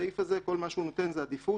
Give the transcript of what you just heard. הסעיף הזה, כל מה שהוא נותן, זה עדיפות.